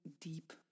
deep